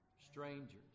Strangers